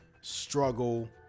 struggle